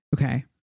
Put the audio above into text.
Okay